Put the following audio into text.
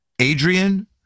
Adrian